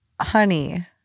Honey